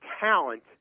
talent